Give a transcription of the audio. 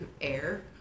air